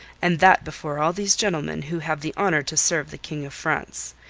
and that before all these gentlemen who have the honour to serve the king of france.